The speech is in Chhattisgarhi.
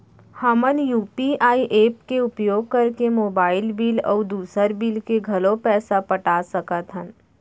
हमन यू.पी.आई एप के उपयोग करके मोबाइल बिल अऊ दुसर बिल के घलो पैसा पटा सकत हन